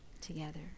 together